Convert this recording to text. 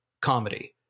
comedy